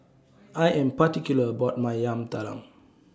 I Am particular about My Yam Talam